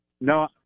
No